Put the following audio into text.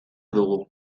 dugu